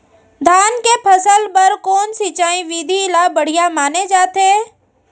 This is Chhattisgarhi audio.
धान के फसल बर कोन सिंचाई विधि ला बढ़िया माने जाथे?